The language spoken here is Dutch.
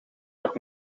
nog